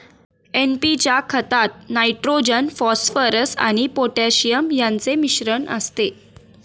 NP च्या खतात nitrogen, phosphorus आणि पोटॅशियम यांचे मिश्रण असते